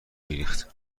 میریخت